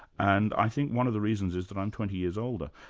and i think one of the reasons is that i'm twenty years older.